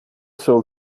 sold